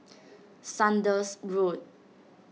Saunders Road